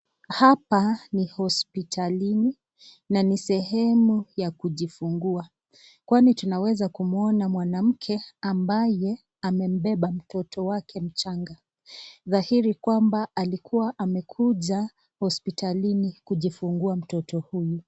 Hapa ni hospitalini na ni sehemu ya kujifungua kwani tunaweza kumwona mwanamke ambaye amembeba mtoto wake mchanga, thahiri kwamba alikuwa amekuja hospitalini kujifungua mtoto huyu.